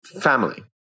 family